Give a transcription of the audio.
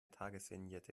tagesvignette